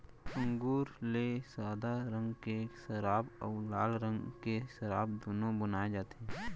अंगुर ले सादा रंग के सराब अउ लाल रंग के सराब दुनो बनाए जाथे